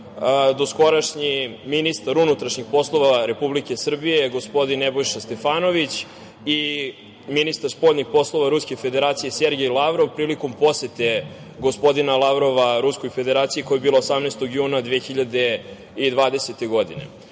doskorašnji ministar unutrašnjih poslova Republike Srbije, gospodin Nebojša Stefanović i ministar spoljnih poslova Ruske Federacije, Sergej Lavrov, prilikom posete gospodina Lavrova Ruskoj Federaciji koja je bila 18. juna 2020. godine. Ono